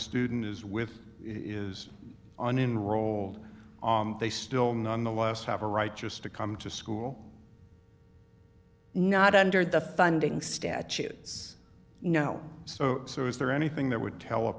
student is with is on in rolled they still nonetheless have a right just to come to school not under the funding statutes you know so so is there anything that would tell